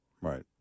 Right